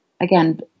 again